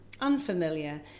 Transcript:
unfamiliar